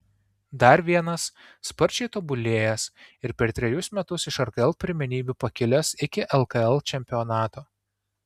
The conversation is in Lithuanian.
dar vienas sparčiai tobulėjęs ir per trejus metus iš rkl pirmenybių pakilęs iki lkl čempionato